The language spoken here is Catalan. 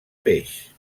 peix